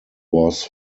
was